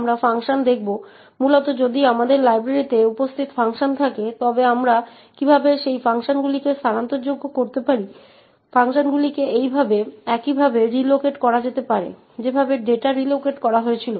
আমরা একটি কোড দেখব যা এই vm এ উপস্থিত রয়েছে যা আমরা এই কোর্সের সাথে শিপ করি কোডটি NPTEL Codesmodule6 এ উপস্থিত রয়েছে